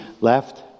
left